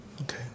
Okay